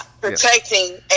Protecting